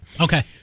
Okay